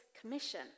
Commission